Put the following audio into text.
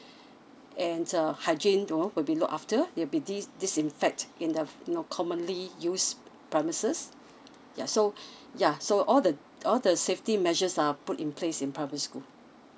and uh hygiene you know will be looked after you be di~ disinfect in the you know commonly used premises yeah so yeah so all the all the safety measures are put in place in primary school